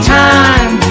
time